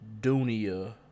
Dunia